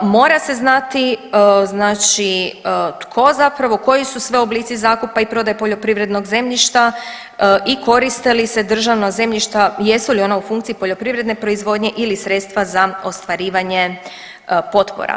Mora se znati znači tko zapravo, koji su sve oblici zakupa i prodaje poljoprivrednog zemljišta i koriste li se državna zemljišta, jesu li ona u funkciji poljoprivredne proizvodnje ili sredstva za ostvarivanje potpora.